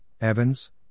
Evans